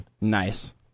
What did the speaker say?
nice